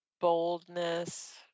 Boldness